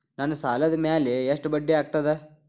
ನನ್ನ ಸಾಲದ್ ಮ್ಯಾಲೆ ಎಷ್ಟ ಬಡ್ಡಿ ಆಗ್ತದ?